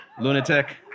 Lunatic